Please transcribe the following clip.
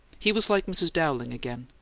he was like mrs. dowling again,